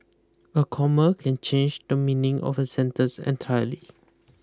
a comma can change the meaning of a sentence entirely